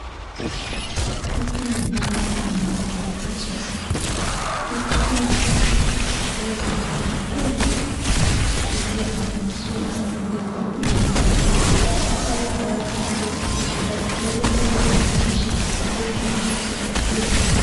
Hizi ni dawa ambayo haswa humpea mtu aliye mgonjwa ili kumpea afya mzuri ama kumpea nguvu iliyofaa. Hapa hii dawa haswa daktari huwa anaelimisha mgonjwa jinsi ya kukuula hizi.